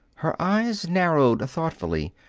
her eyes narrowed thoughtfully.